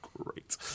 great